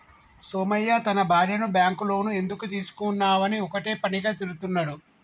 సోమయ్య తన భార్యను bank loan ఎందుకు తీసుకున్నవని ఒక్కటే పనిగా తిడుతున్నడు